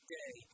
day